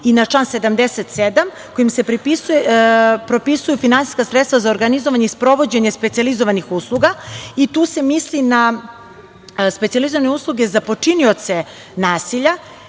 i na član 77. kojim se propisuju finansijska sredstva za organizovanje i sprovođenje specijalizovanih usluga i tu se misli na specijalizovane usluge za počinioce nasilja